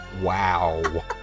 Wow